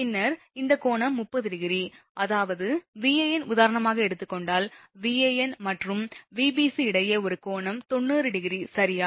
பின்னர் இந்த கோணம் 30° அதாவது Van உதாரணமாக எடுத்துக் கொண்டால் Van மற்றும் Vbc இடையே ஒரு கோணம் 90 ° சரியா